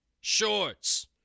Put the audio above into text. shorts